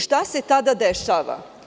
Šta se tada dešava?